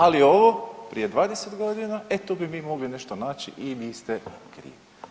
Ali ovo prije 20 godina e tu bi mi mogli nešto naći i vi ste krivi.